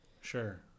Sure